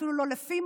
אפילו לא לפימו,